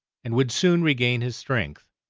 and would soon regain his strength.